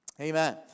Amen